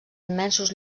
immensos